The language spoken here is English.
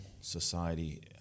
society